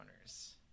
owners